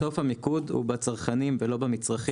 בסוף המיקוד הוא בצרכנים ולא במצרכים.